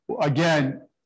Again